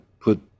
put